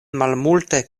malmulte